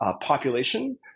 population